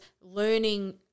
learning